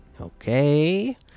Okay